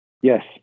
Yes